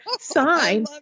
sign